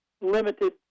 limited